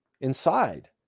inside